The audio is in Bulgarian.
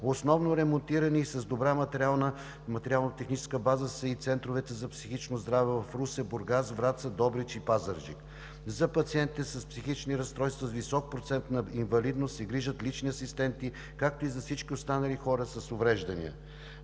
Основно ремонтирани и с добра материално-техническа база са и центровете за психично здраве в Русе, Бургас, Враца, Добрич и Пазарджик. - За пациентите с психични разстройства с висок процент на инвалидност се грижат лични асистенти, както и за всички останали хора с увреждания.